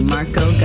Marco